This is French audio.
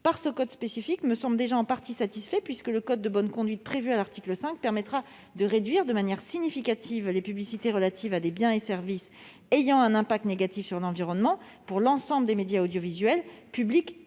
de ce code spécifique me semble déjà en partie satisfait, puisque le code de bonne conduite prévu à l'article 5 permettra de réduire de manière significative les publicités relatives à des biens et services ayant un impact négatif sur l'environnement dans l'ensemble des médias audiovisuels, publics